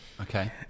Okay